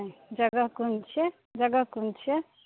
जगह कम छियै जगह कम छियै